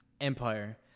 Empire